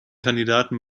kandidaten